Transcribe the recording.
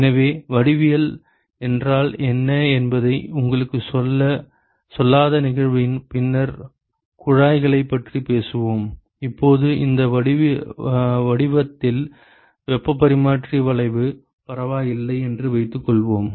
எனவே வடிவியல் என்றால் என்ன என்பதை நான் உங்களுக்குச் சொல்லாத நிகழ்வின் பின்னர் குழாய்களைப் பற்றி பேசுவோம் இப்போது இந்த வடிவத்தில் வெப்ப பரிமாற்ற வளைவு பரவாயில்லை என்று வைத்துக்கொள்வோம்